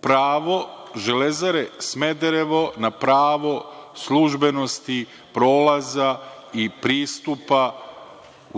pravo „Železare Smederevo“ na pravo službenosti, prolaza i pristupa,